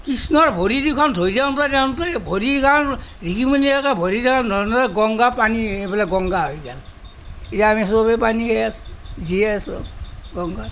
কৃষ্ণৰ ভৰিদুখন ঋষি মুনিয়ে গংগা পানী এইফালে গংগা হৈ যায় এতিয়া আমি চবে পানী খাই আছোঁ জীয়াই আছোঁ গংগাত